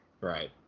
right